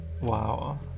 Wow